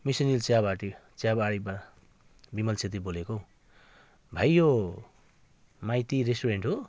mission hill Chiyabari चियाबारीमा विमल छेत्री बोलेको भाइ यो माइती रेस्टुरेन्ट हो